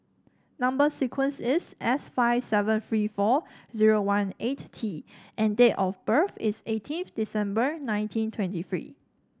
number sequence is S five seven three four zero one eight T and date of birth is eighteen December nineteen twenty three